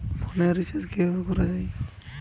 ফোনের রিচার্জ কিভাবে করা যায়?